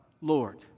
Lord